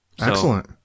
excellent